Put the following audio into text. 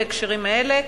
בהקשרים האלה,